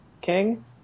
king